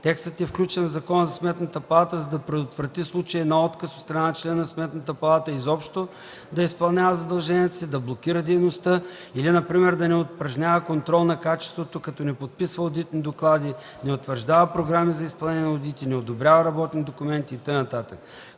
Текстът е включен в Закона за Сметната палата, за да предотврати случаи на отказ от страна на член на Сметната палата изобщо да изпълнява задълженията си, да блокира дейността или например да не упражнява контрол на качеството като не подписва одитни доклади, не утвърждава програми за изпълнение на одити, не одобрява работни документи и така